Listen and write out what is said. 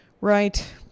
Right